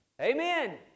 Amen